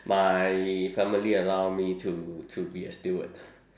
my family allow me to to be a steward